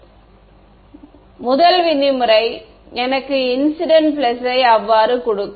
ஆமாம் முதல் விதிமுறை எனக்கு இன்சிடென்ட் plus யை அவ்வாறு கொடுக்கும்